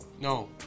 No